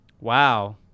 Wow